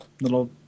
little